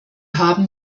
haben